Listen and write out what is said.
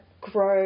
grow